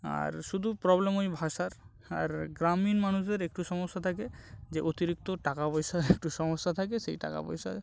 আর শুধু প্রবলেম ওই ভাষার আর গ্রামীণ মানুষদের একটু সমস্যা থাকে যে অতিরিক্ত টাকা পয়সার একটু সমস্যা থাকে সেই টাকা পয়সা